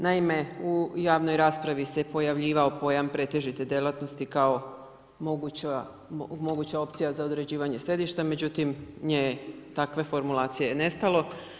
Naime, u javnoj raspravi se pojavljivao pojam pretežite djelatnosti kao moguće opcija za određivanje sjedišta, međutim nje takve formulacije je nestalo.